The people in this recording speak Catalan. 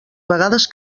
vegades